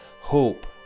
hope